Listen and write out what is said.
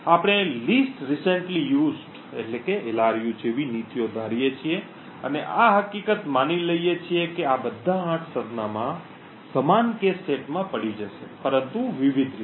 આપણે list recently used LRU જેવી નીતિઓ ધારીએ છીએ અને આ હકીકત માની લઈએ છીએ કે આ બધા આઠ સરનામાં સમાન કૅશ સેટમાં પડી જશે પરંતુ વિવિધ રીતે